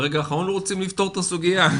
ברגע האחרון רוצים לפתור את הסוגיה.